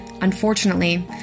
Unfortunately